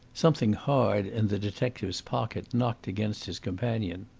something hard in the detective's pocket knocked against his companion.